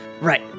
right